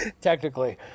Technically